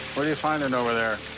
are you finding over there,